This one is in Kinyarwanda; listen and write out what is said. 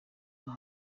nta